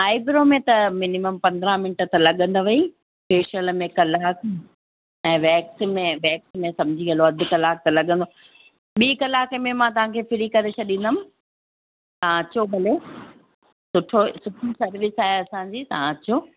I bro में त minimum पंद्रहं मिंट लॻंदव ई फेशियल में कलाक ऐं वैक्स में वैक्स में सम्झी हलो अधि कलाकु त लॻंदो ॿी कलाके में मां तव्हांखे फ्री करे छॾंदमि तव्हां अचो भले सुठो सुठी सर्विस आहे असांजी तव्हां अचो